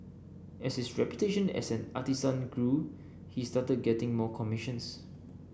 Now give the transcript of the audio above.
as his reputation as an artisan grew he started getting more commissions